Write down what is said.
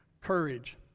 Courage